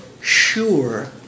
sure